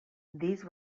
these